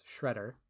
Shredder